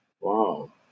Wow